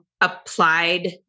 applied